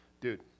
dude